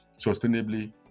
sustainably